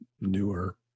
newer